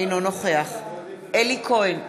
אינו נוכח אלי כהן,